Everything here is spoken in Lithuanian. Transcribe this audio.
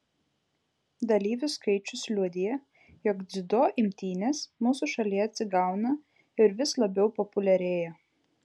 dalyvių skaičius liudija jog dziudo imtynės mūsų šalyje atsigauna ir vis labiau populiarėja